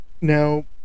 Now